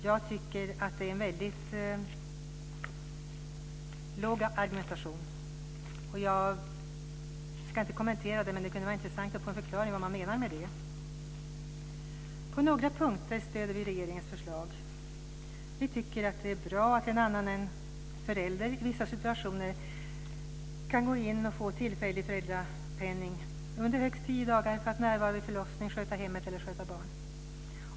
Jag tycker att det är en väldigt låg argumentation och jag ska inte kommentera detta, men det kunde vara intressant att få en förklaring av vad man menar med det. På några punkter stöder vi regeringens förslag. Vi tycker att det är bra att någon annan än föräldern i vissa situationer kan få tillfällig föräldrapenning under högst tio dagar för att närvara vid förlossning, sköta hemmet eller sköta barn.